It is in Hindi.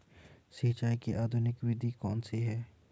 सिंचाई की आधुनिक विधि कौनसी हैं?